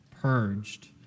purged